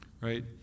Right